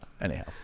Anyhow